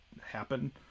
happen